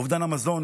אובדן המזון